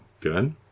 Good